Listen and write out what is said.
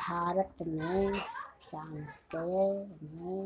भारत में चाणक्य ने